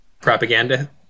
propaganda